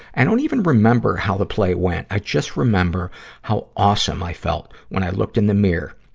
i don't even remember how the play went. i just remember how awesome i felt when i looked in the mirror,